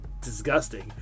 disgusting